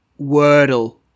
Wordle